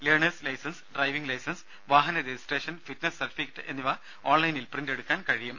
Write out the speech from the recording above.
learners licence driving licence വാഹന registration fitness certificate എന്നിവ ഓൺലൈനിൽ പ്രിന്റ് എടുക്കാൻ കഴിയും